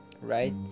right